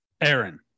Aaron